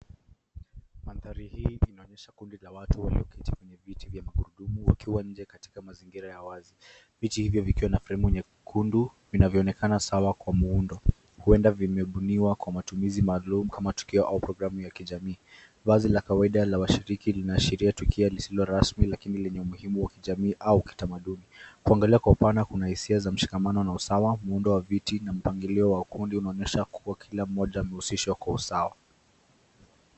Mandhari hii inaonyesha kundi la watu wenye viti vya gurudumu wakiwa nje katika mazingira ya wazi ,viti hivyo vikiwa na fremu nyekundu vinavyoonekana sawa kwa muundo huenda vimebuniwa kwa matumizi maalum kama tukio au programu ya kijamii, vazi la kawaida la washiriki linaashiria tukio lisilo rasmi lakini lenye muhimu kwa kijamii au kitamaduni ,kuangalia kwa upana kuna hisia za mshikamano na usawa muundo wa viti na mpangilio wa kundi unaonyesha kwa kila mmoja amehusishwa kwa usawa.